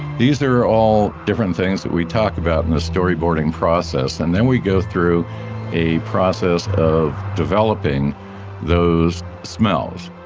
these are all different things that we talk about in the storyboarding process. and then we go through a process of developing those smells